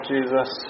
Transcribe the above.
Jesus